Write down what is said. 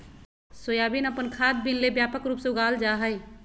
soybean अपन खाद्य bean ले व्यापक रूप से उगाल जा हइ